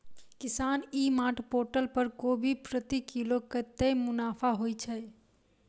किसान e mart portal पर कोबी प्रति किलो कतै मुनाफा होइ छै?